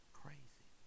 crazy